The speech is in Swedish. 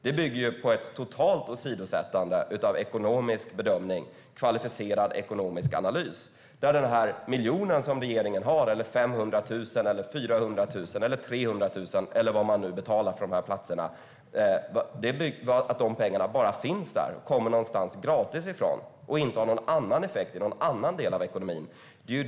Det uttalandet bygger på ett totalt åsidosättande av ekonomisk bedömning och kvalificerad ekonomisk analys och att den miljon eller de 500 000 eller 400 000 eller 300 000, eller vad regeringen nu betalar för dessa platser, bara finns där, att de kommer från ingenstans och är gratis och att de inte har någon effekt i någon annan del av ekonomin.